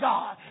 God